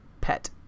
pet